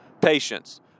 Patience